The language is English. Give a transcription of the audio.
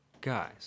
Guys